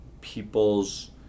people's